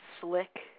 Slick